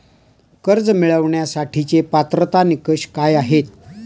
कर्ज मिळवण्यासाठीचे पात्रता निकष काय आहेत?